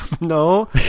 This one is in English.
no